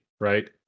Right